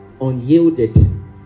unyielded